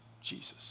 Jesus